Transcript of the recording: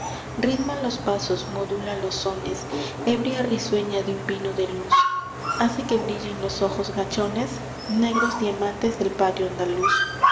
alegros ritma los pasos modula los sones ebria risueña de un vino de luz hace que brillen los ojos gachones negros diamantes del patio andaluz